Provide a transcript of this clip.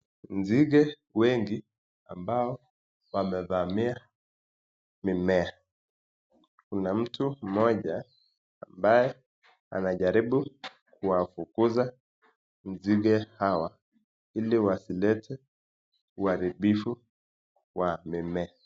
Nzige wengi ambao wamevamia mimea, kuna mtu mmoja ambaye anajaribu kuwafukuza nzige hawa ili wasilete uharibifu wa mimea.